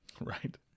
Right